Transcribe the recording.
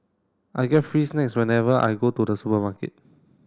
I get free snacks whenever I go to the supermarket